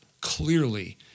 clearly